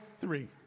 Three